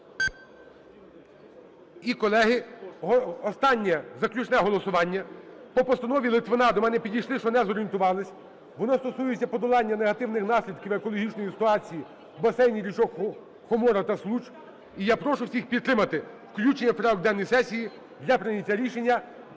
І, колеги, останнє, заключне голосування. По постанові Литвина до мене підійшли, що не зорієнтувались. Воно стосується подолання негативних наслідків екологічної ситуації у басейні річок Хомора та Случ. І я прошу всіх підтримати включення у порядок денної сесії для прийняття рішення,